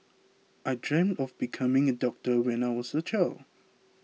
I dreamt of becoming a doctor when I was a child